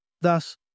Thus